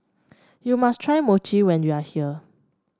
you must try Mochi when you are here